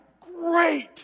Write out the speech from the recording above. great